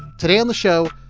today on the show,